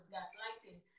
Gaslighting